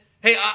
Hey